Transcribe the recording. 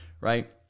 right